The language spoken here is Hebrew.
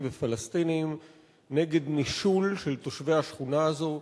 ופלסטינים נגד נישול של תושבי השכונה הזאת.